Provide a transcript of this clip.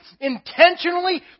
intentionally